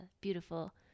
beautiful